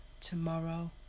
tomorrow